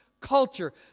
culture